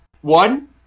one